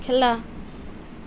খেলা